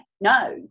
No